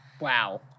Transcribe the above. Wow